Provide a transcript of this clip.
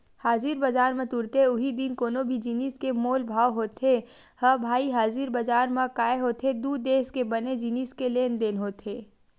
हाजिर बजार म तुरते उहीं दिन कोनो भी जिनिस के मोल भाव होथे ह भई हाजिर बजार म काय होथे दू देस के बने जिनिस के लेन देन होथे